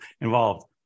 involved